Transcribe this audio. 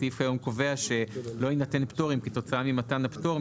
הסעיף היום קובע שלא יינתן פטורים כתוצאה ממתן הפטור,